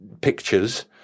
pictures